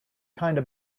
kinda